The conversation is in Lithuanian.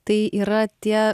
tai yra tie